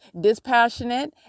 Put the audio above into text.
dispassionate